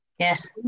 Yes